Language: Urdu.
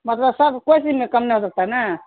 مطلب سب کوئی چیز میں کم نہ ہو ستا نا